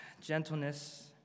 gentleness